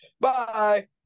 Bye